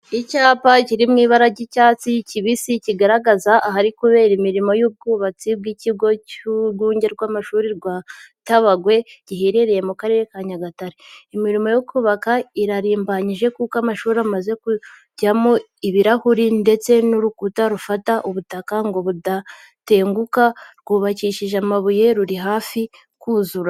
Icyapa ki mu ibara ry'icyatsi kibisi kigaragaza ahari kubera imirimo y'ubwubatsi bw'ikigo cy'urwunge rw'amashuri rwa Tabagwe giherereye mu karere ka Nyagatare. Imirimo yo kubaka irarimbanije kuko amashuri amaze kujyamo ibirahure ndetse n'urukuta rufata ubutaka ngo budatenguka rwubakishije amabuye ruri hafi kuzura.